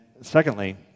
secondly